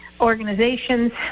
organizations